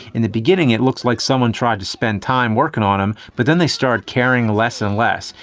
in the beginning, it looks like someone tried to spend time working on him, but then they started caring less and less.